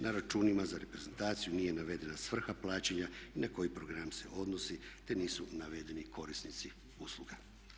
Na računima za reprezentaciju nije navedena svrha plaćanja i na koji program se odnosi te nisu navedeni korisnici usluga.